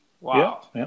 Wow